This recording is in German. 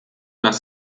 nach